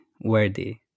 worthy